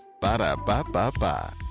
Ba-da-ba-ba-ba